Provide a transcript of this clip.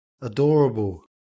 Adorable